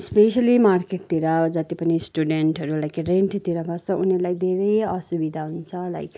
specially मार्केटतिर जति पनि स्टुडेन्टहरू लाइक रेन्टतिर बस्छ उनीहरूलाई धेरै असुविधा हुन्छ लाइक